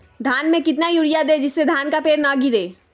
धान में कितना यूरिया दे जिससे धान का पेड़ ना गिरे?